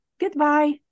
goodbye